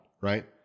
right